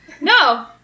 No